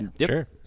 Sure